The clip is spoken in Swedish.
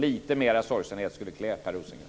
Lite mer sorgsenhet skulle klä Per Rosengren.